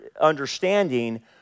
understanding